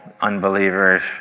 unbelievers